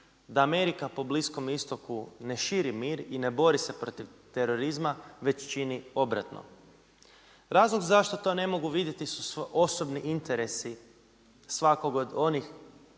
da Amerika po Bliskom istoku ne širi mir i ne bori se protiv terorizma već čini obratno. Razlog zašto to ne mogu vidjeti su osobni interesi svakog od onih